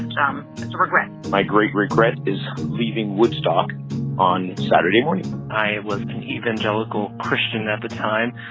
um regret my great regret is leaving woodstock on saturday morning i was an evangelical christian at the time.